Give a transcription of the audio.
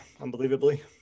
Unbelievably